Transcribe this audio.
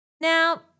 now